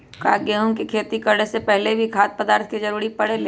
का गेहूं के खेती करे से पहले भी खाद्य पदार्थ के जरूरी परे ले?